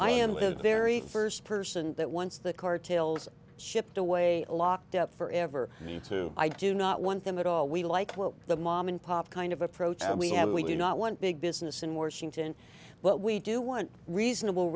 i am very first person that once the court tails shipped away locked up forever the two i do not want them at all we like the mom and pop kind of approach we have we do not want big business in washington but we do want reasonable